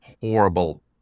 horrible